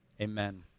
amen